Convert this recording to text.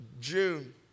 June